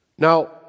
Now